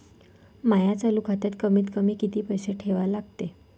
माया चालू खात्यात कमीत कमी किती पैसे ठेवा लागते?